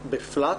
בפלאט?